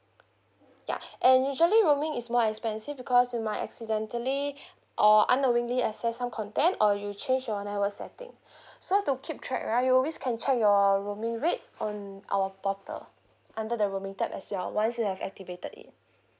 ya and usually roaming is more expensive because you might accidentally or unknowingly access some content or you change your network setting so to keep track right you always can check your roaming rates on our portal under the roaming tab as well once you have activated it